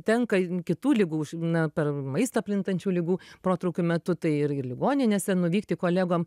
tenka kitų ligų š na per maistą plintančių ligų protrūkių metu tai ir ir ligoninėse nuvykti kolegom